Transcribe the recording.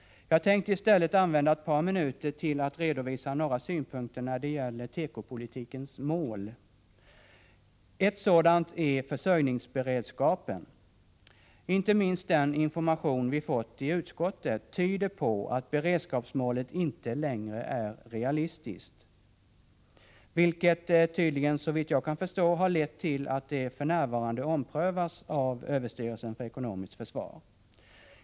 Jag skulle vilja använda ett par minuter till att redovisa några synpunkter när det gäller tekopolitikens mål. Ett sådant mål är försörjningsberedskapen. Inte minst den information vi har fått i utskottet tyder på att beredskapsmålet inte längre är realistiskt, vilket såvitt jag kan förstå har lett till att det för närvarande omprövas av överstyrelsen för ekonomiskt försvar.